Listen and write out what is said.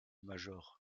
major